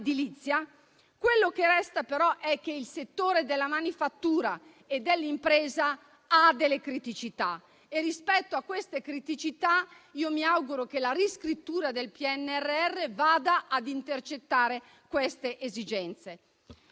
Quello che resta però è che il settore della manifattura e dell'impresa ha delle criticità e rispetto ad esse mi auguro che la riscrittura del PNRR vada ad intercettare le esigenze.